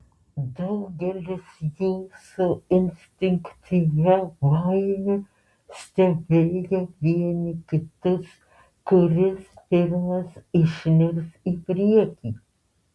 daugelis jų su instinktyvia baime stebėjo vieni kitus kuris pirmas išnirs į priekį